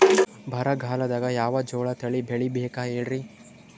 ಬರಗಾಲದಾಗ್ ಯಾವ ಜೋಳ ತಳಿ ಬೆಳಿಬೇಕ ಹೇಳ್ರಿ?